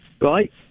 Right